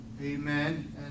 amen